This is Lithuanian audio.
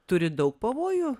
turi daug pavojų